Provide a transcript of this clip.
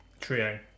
trio